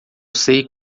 sei